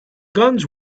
guns